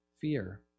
Fear